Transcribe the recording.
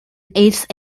east